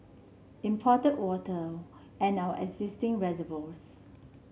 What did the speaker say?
imported water and our existing reservoirs